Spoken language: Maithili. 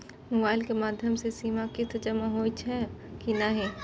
मोबाइल के माध्यम से सीमा किस्त जमा होई छै कि नहिं?